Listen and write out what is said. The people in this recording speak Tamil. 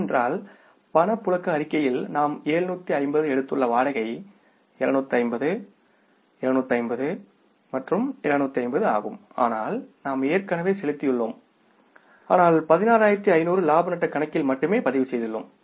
ஏனென்றால் பணப்புழக்க அறிக்கையில் நாம் 750 எடுத்துள்ள வாடகை 250 250 மற்றும் 250 ஆகும் ஆனால் நாம் ஏற்கனவே செலுத்தியுள்ளோம் ஆனால் 16500 இலாப நட்டக் கணக்கில் மட்டுமே பதிவு செய்துள்ளோம்